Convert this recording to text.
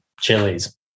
chilies